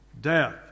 death